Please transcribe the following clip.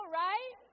right